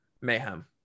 mayhem